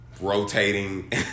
rotating